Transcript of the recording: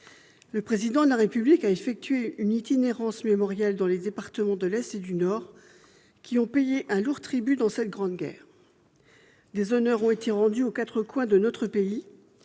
Le Président de la République a effectué une itinérance mémorielle dans les départements de l'Est et du Nord, qui ont payé un lourd tribut au cours de la Grande Guerre. Des honneurs ont été rendus aux combattants, tant